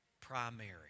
Primary